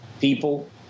people